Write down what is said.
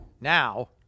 Now